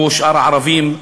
כמו שאר הערבים,